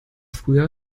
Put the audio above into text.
früher